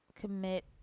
commit